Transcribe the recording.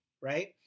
right